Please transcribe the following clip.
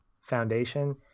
foundation